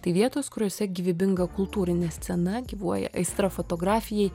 tai vietos kuriose gyvybinga kultūrinė scena gyvuoja aistra fotografijai